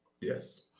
Yes